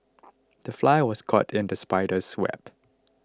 the fly was caught in the spider's web